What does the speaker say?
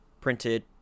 printed